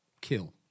kill